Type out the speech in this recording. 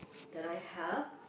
that I have